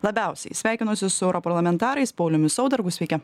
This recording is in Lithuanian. labiausiai sveikinuosi su europarlamentarais pauliumi saudargu sveiki